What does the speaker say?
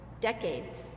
Decades